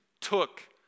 took